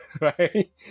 Right